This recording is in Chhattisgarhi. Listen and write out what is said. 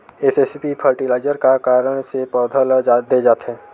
एस.एस.पी फर्टिलाइजर का कारण से पौधा ल दे जाथे?